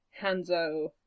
Hanzo